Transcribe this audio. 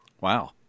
Wow